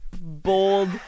...bold